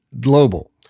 Global